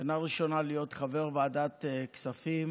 בשנה הראשונה להיות חבר ועדת כספים